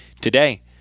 today